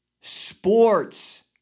sports